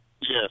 Yes